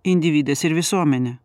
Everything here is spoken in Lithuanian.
individas ir visuomenė